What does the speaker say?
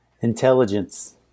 Intelligence